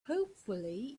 hopefully